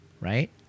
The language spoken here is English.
right